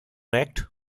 wrecked